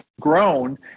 grown